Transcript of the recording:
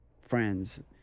friends